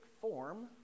form